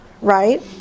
right